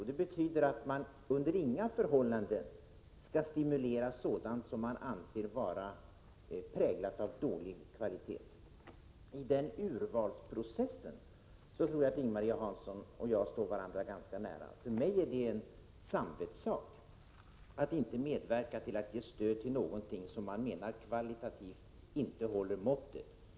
Det betyder att man under inga förhållanden skall stimulera sådant som man anser vara präglat av dålig kvalitet. I den urvalsprocessen tror jag att Ing-Marie Hansson och jag står varandra ganska nära. För mig är det en samvetssak att inte medverka till att ge stöd till något som jag menar inte håller måttet kvalitativt.